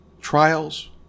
trials